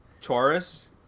Taurus